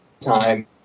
time